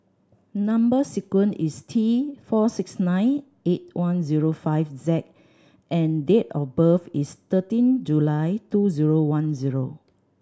number sequence is T four six nine eight one zero five Z and date of birth is thirteen July two zero one zero